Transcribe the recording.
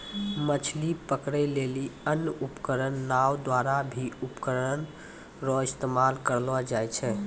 मछली पकड़ै लेली अन्य उपकरण नांव द्वारा भी उपकरण रो इस्तेमाल करलो जाय छै